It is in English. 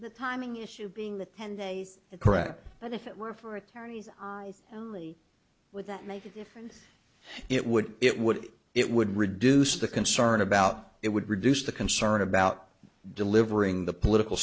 the timing issue being the ten days correct but if it were for attorneys would that make a difference it would it would it would reduce the concern about it would reduce the concern about delivering the political